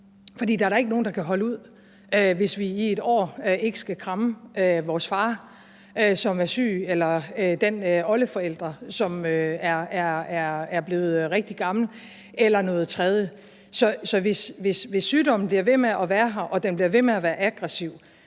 for der er da ikke nogen, der kan holde ud, hvis vi i et år ikke skal kramme vores far, som er syg, eller den oldeforældre, som er blevet rigtig gammel, eller noget tredje. Så hvis sygdommen bliver ved med at være her og den bliver ved med at være aggressiv,